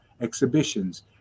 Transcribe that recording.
exhibitions